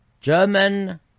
German